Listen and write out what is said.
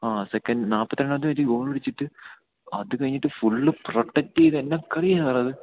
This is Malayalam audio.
ആ സെക്കൻഡ് നാല്പ്പത്തിരണ്ടാമത്തെ മിനിറ്റ് ഗോളടിച്ചിട്ട് അതുകഴിഞ്ഞിട്ട് ഫുള് പ്രൊട്ടക്ട് ചെയ്ത് എന്ത് കളിയാടാ അത്